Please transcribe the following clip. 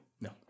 No